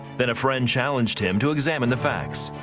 then a friend challenged him to examine the facts.